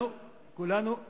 למה שקרים?